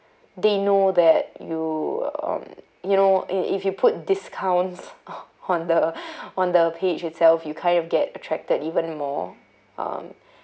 they know that you um you know if if you put discounts on the on the page itself you kind of get attracted even more um